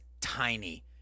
tiny